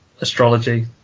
astrology